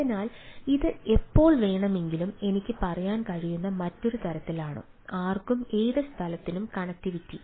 അതിനാൽ ഇത് എപ്പോൾ വേണമെങ്കിലും എനിക്ക് പറയാൻ കഴിയുന്ന മറ്റൊരു തരത്തിലാണ് ആർക്കും ഏത് സ്ഥലത്തിനും കണക്റ്റിവിറ്റി